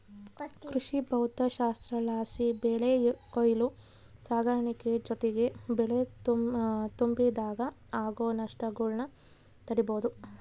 ಕೃಷಿಭೌದ್ದಶಾಸ್ತ್ರಲಾಸಿ ಬೆಳೆ ಕೊಯ್ಲು ಸಾಗಾಣಿಕೆ ಜೊತಿಗೆ ಬೆಳೆ ತುಂಬಿಡಾಗ ಆಗೋ ನಷ್ಟಗುಳ್ನ ತಡೀಬೋದು